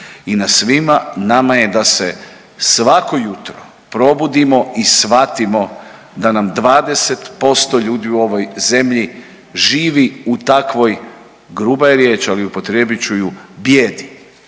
I na svima nama je da se svako jutro probudimo i shvatimo da nam 20% ljudi u ovoj zemlji živi u takovoj, gruba je riječ, ali upotrijebit ću ju, bijedi.